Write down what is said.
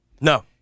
No